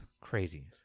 Crazy